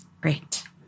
Great